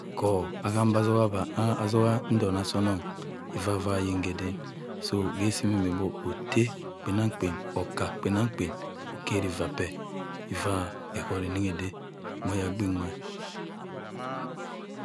Ku abẹnda atzuka edunna so onnong ifa va ayin ka aden so kẹwosi immi bẹẹn bọ otte kpannan kpa okka kpannankpa okari va peẹ ifa ẹuut inna adụ ma ọyabin nwa